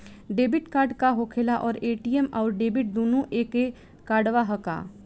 Debit card का होखेला और ए.टी.एम आउर डेबिट दुनों एके कार्डवा ह का?